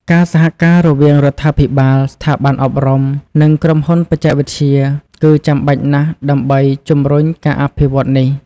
ការសហការរវាងរដ្ឋាភិបាល ស្ថាប័នអប់រំ និងក្រុមហ៊ុនបច្ចេកវិទ្យា គឺចាំបាច់ណាស់ដើម្បីជំរុញការអភិវឌ្ឍនេះ។